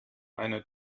eine